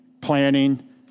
planning